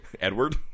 Edward